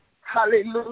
hallelujah